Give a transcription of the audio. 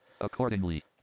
Accordingly